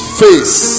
face